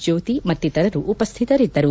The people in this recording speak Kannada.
ಜ್ಯೋತಿ ಮತ್ತಿತರರು ಉಪಸ್ಥಿತರಿದ್ದರು